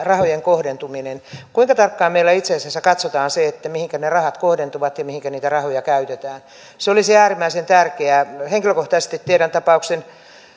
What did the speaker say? rahojen kohdentuminen kuinka tarkkaan meillä itse asiassa katsotaan se se mihinkä ne rahat kohdentuvat ja mihinkä niitä rahoja käytetään se olisi äärimmäisen tärkeää henkilökohtaisesti tiedän tapauksen